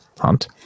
hunt